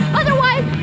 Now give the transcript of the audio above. otherwise